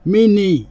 Mini